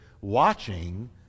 Watching